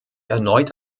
erneut